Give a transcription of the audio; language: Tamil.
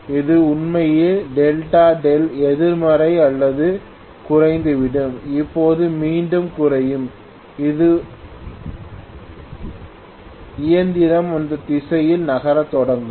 இது உண்மையில் Δ δ எதிர்மறையாக அல்லது குறைந்துவிடும் இப்போது மீண்டும் குறையும் போது இயந்திரம் இந்த திசையில் நகரத் தொடங்கும்